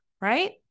right